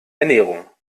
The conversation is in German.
ernährung